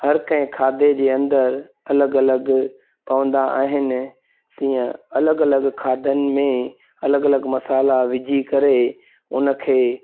हर कंहिं खाधे जे अंदरि अलॻि अलॻि पवंदा आहिनि तीअं अलॻि अलॻि खाधनि में अलॻि अलॻि मसाला विझी करे हुनखे